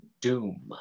Doom